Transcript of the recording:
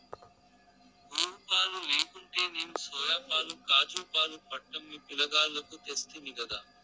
గోవుపాలు లేకుంటేనేం సోయాపాలు కాజూపాలు పట్టమ్మి పిలగాల్లకు తెస్తినిగదా